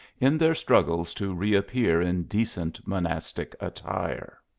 in their struggles to reappear in decent monastic attire.